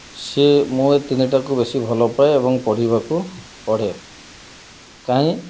ସେ ମୁଁ ଏ ତିନିଟାକୁ ବେଶୀ ଭଲପାଏ ଏବଂ ପଢ଼ିବାକୁ ପଢ଼େ କାଇଁ